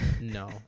No